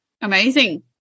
Amazing